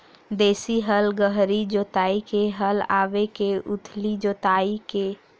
देशी हल गहरी जोताई के हल आवे के उथली जोताई के?